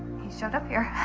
he showed up here.